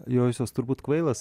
jausiuos turbūt kvailas